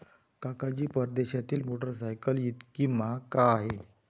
काका जी, परदेशातील मोटरसायकल इतकी महाग का आहे?